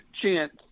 chance